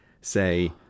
say